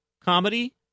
comedy